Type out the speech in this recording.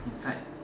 inside